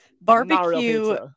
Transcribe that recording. Barbecue